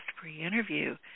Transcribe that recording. pre-interview